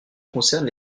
concerne